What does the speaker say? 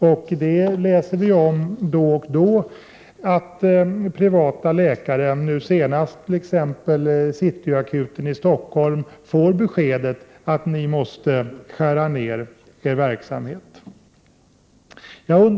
Vi kan ju då och då läsa om att privata läkare, nu senast gällde det Cityakuten i Stockholm, får besked om att de måste skära ned verksamheten.